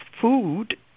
food